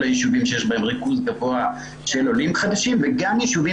כל הישובים שיש בהם ריכוז גבוה של עולים חדשים וכל הישובים